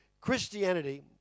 Christianity